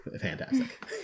fantastic